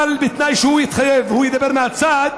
אבל בתנאי שהוא יתחייב, הוא ידבר מהצד,